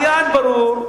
על יעד ברור.